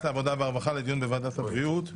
העבודה והרווחה לדיון בוועדת הבריאות.